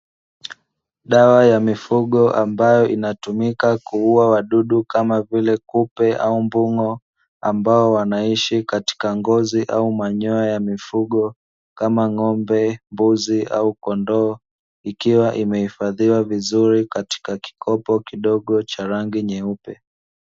Dawa ya mifugo ambayo inatumika kuua wadudu kama vile kupe au mbung'o. Ambao wanaishi katika ngozi au manyoya ya mifugo kama; ng'ombe, mbuzi au kondoo. Ikiwa imehifadhiwa vizuri katika kikopo kidogo cha rangi nyeupe.